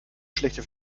schlechte